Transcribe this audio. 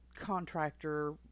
contractor